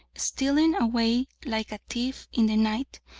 stealing away like a thief in the night,